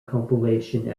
compilation